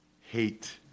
hate